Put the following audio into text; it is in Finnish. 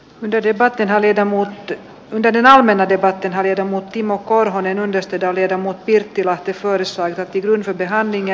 yhdet eivät enää riitä muutti veden alle menetti päätti viedä mut timo korhonen onnistui talermo pirttilahti forssa jätti työnsä tehanin ja